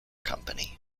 company